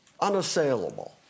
unassailable